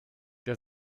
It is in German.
der